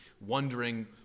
wondering